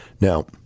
Now